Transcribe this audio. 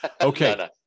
okay